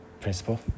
principle